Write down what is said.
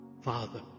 Father